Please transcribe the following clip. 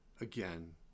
Again